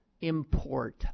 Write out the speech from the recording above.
import